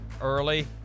early